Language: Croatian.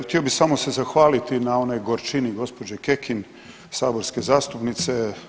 Htio bih samo se zahvaliti na onoj gorčini gospođe Kekin saborske zastupnice.